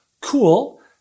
cool